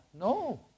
No